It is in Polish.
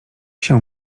się